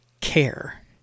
care